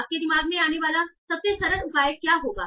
आपके दिमाग में आने वाला सबसे सरल उपाय क्या होगा